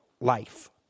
life